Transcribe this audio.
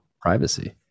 privacy